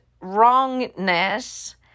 wrongness